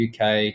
UK